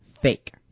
fake